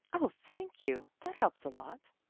oh, thank you! that helps a lot,